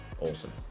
Awesome